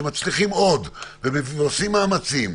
שמצליחים עוד ועושים מאמצים.